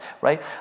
right